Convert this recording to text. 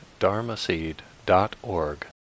dharmaseed.org